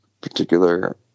particular